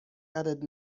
added